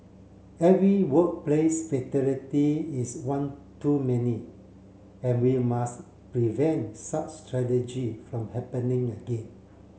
every workplace fatality is one too many and we must prevent such tragedy from happening again